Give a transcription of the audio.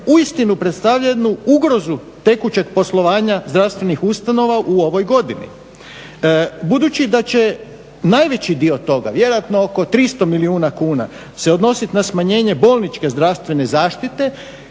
uistinu predstavlja jednu ugrozu tekućeg poslovanja zdravstvenih ustanova u ovoj godini. Budući da će najveći dio toga, vjerojatno oko 300 milijuna kuna se odnositi na smanjenje bolničke zdravstvene zaštite,